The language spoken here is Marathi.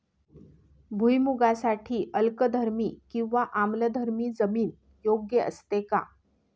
भुईमूगासाठी अल्कधर्मी किंवा आम्लधर्मी जमीन योग्य असते का?